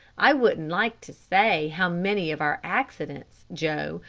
i wouldn't like to say how many of our accidents, joe,